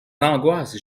angoisses